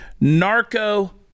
narco